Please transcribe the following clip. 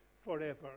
forever